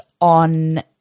on